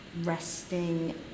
resting